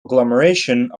agglomeration